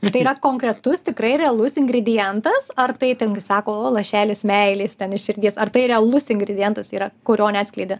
tai yra konkretus tikrai realus ingridientas ar tai ten kai sako o lašelis meilės ten iš širdies ar tai realus ingridientas yra kurio neatskleidi